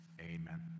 amen